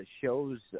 shows